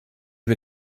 wir